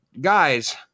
Guys